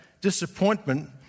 disappointment